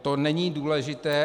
To není důležité.